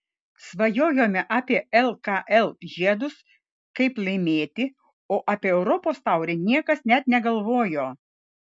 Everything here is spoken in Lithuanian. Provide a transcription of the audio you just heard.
svajojome apie lkl žiedus kaip laimėti o apie europos taurę niekas net negalvojo